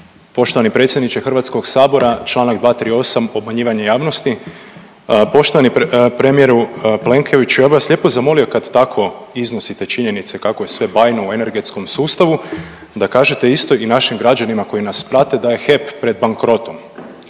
Poštovani predsjedniče Hrvatskog sabora, članak 238. obmanjivanje javnosti. Poštovani premijeru Plenkoviću ja bih vas lijepo zamolio kad tako iznosite činjenice kako je sve bajno u energetskom sustavu da kažete isto i našim građanima koji nas prate da je HEP pred bankrotom.